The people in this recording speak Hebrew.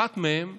אחת מהן היא: